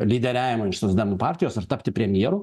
lyderiavimą iš socdemų partijos ar tapti premjeru